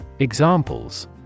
Examples